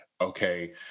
okay